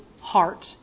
heart